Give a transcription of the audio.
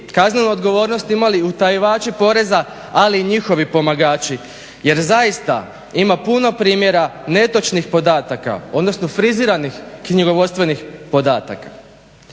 kaznenu odgovornost imali utajivači poreza, ali i njihovi pomagači jer zaista ima puno primjera netočnih podataka, odnosno friziranih knjigovodstvenih podataka.